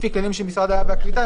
לפי כללים של משרד העלייה והקליטה,